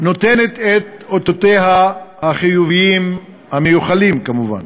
נותנת את אותותיה החיוביים, המיוחלים כמובן?